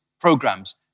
programs